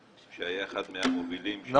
שהיה אחד מהמובילים של מחאת הסרדינים.